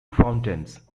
fountains